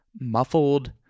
muffled